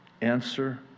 Answer